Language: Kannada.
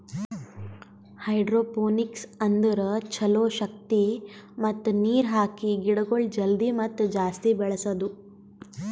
ಹೈಡ್ರೋಪೋನಿಕ್ಸ್ ಅಂದುರ್ ಛಲೋ ಶಕ್ತಿ ಮತ್ತ ನೀರ್ ಹಾಕಿ ಗಿಡಗೊಳ್ ಜಲ್ದಿ ಮತ್ತ ಜಾಸ್ತಿ ಬೆಳೆಸದು